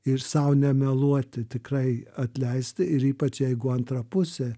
ir sau nemeluoti tikrai atleisti ir ypač jeigu antra pusė